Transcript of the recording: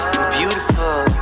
Beautiful